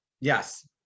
Yes